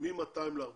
מ-200 ל-400 אבל